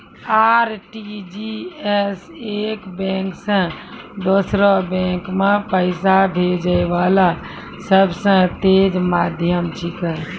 RTGS एक bank से दोसरो बैंक मे पैसा भेजै वाला सबसे तेज माध्यम छिकै